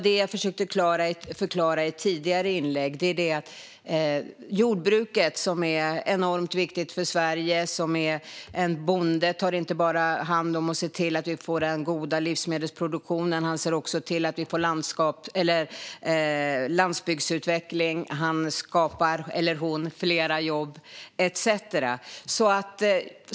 Som jag försökte förklara i ett tidigare inlägg är jordbruket enormt viktigt för Sverige. En bonde ser inte bara till att vi får en god livsmedelsproduktion; han eller hon ser också till att vi får landsbygdsutveckling, skapar fler jobb etcetera.